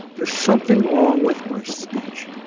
there's something wrong with my speech.